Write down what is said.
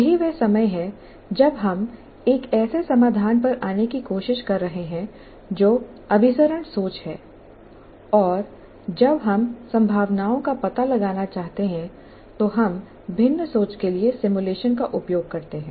यही वह समय है जब हम एक ऐसे समाधान पर आने की कोशिश कर रहे हैं जो अभिसरण सोच है और जब हम संभावनाओं का पता लगाना चाहते हैं तो हम भिन्न सोच के लिए सिमुलेशन का उपयोग करते हैं